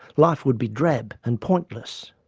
life would be drab and pointless.